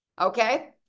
Okay